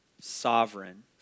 sovereign